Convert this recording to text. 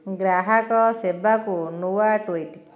ଗ୍ରାହକ ସେବାକୁ ନୂଆ ଟୁଇଟ୍